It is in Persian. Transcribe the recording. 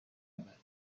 بعد